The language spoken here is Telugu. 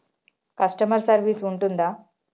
కస్టమర్ సర్వీస్ ఉంటుందా?